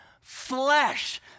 flesh